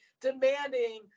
demanding